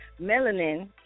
melanin